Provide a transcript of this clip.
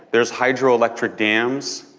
there's hydro-electric dams,